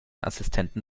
assistenten